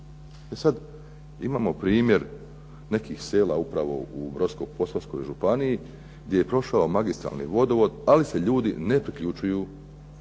sad, imamo primjer nekih sela upravo u Brodsko-posavskoj županiji gdje je prošao magistralni vodovod ali se ljudi ne priključuju